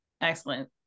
Excellent